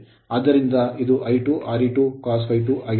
ಆದ್ದರಿಂದ ಇದು I2 Re2 cos ∅2 ಆಗಿರುತ್ತದೆ